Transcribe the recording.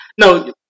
No